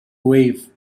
wave